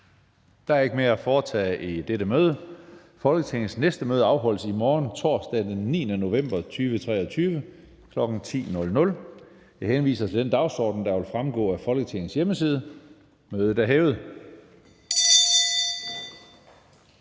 Der er ikke mere at foretage i dette møde. Folketingets næste møde afholdes i morgen, torsdag den 9. november 2023, kl. 10.00. Jeg henviser til den dagsorden, der vil fremgå af Folketingets hjemmeside. Mødet er hævet.